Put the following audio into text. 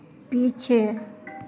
पीछे